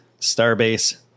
Starbase